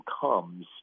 comes